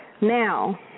Now